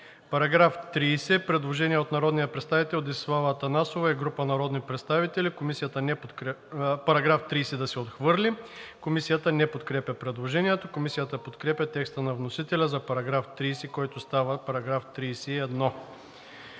По § 30 има предложение от народния представител Десислава Атанасова и група народни представители: „Параграф 30 да се отхвърли.“ Комисията не подкрепя предложението. Комисията подкрепя текста на вносителя за § 30, който става § 31.